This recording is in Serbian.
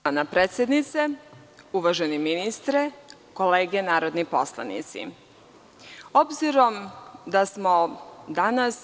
Uvažena predsednice, uvaženi ministre, kolege narodni poslanici, obzirom da smo danas